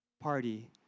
party